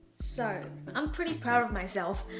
so i'm pretty proud of myself.